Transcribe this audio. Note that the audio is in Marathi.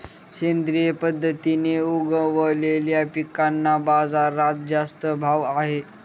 सेंद्रिय पद्धतीने उगवलेल्या पिकांना बाजारात जास्त भाव आहे